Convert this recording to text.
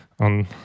on